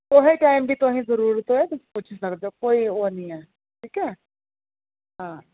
कुसै टाइम बी तुसें जरूरत होऐ तुस पुच्छी सकदे ओ कोई ओह् निं ऐ ठीक ऐ हां